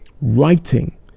writing